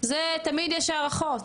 זה תמיד יש הערכות,